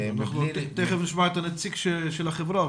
תיכף נשמע את הנציג של החברה.